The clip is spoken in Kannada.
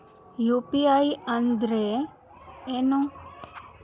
ಯು.ಪಿ.ಐ ಅಂದ್ರೆ ಏನು?